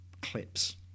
clips